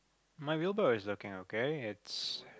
my wheelbarrow is looking okay it's